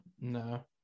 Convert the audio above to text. No